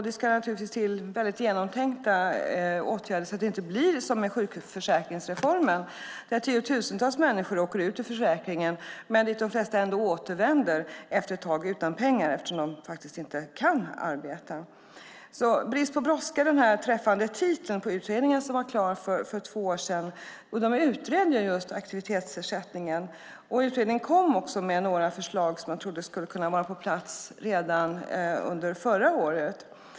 Det ska naturligtvis till genomtänkta åtgärder, så att det inte blir som med sjukförsäkringsreformen - tiotusentals människor åker ut ur försäkringen, men de flesta återvänder efter ett tag utan pengar, eftersom de faktiskt inte kan arbeta. Brist på brådska är en träffande titel på den utredning som var klar för två år sedan. De utredde just aktivitetsersättningen. Utredningen kom också med några förslag som man trodde skulle kunna vara på plats redan under förra året.